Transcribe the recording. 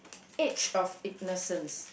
age of innocence